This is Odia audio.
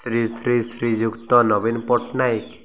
ଶ୍ରୀ ଶ୍ରୀ ଶ୍ରୀଯୁକ୍ତ ନବୀନ ପଟ୍ଟନାୟକ